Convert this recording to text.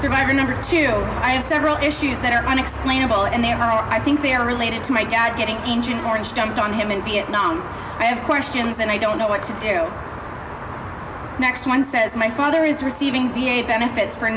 survivor number two i have several issues that are unexplainable and they're all i think they're related to my dad getting injured or i'm stumped on him in vietnam i have questions and i don't know what to do next one says my father is receiving v a benefits for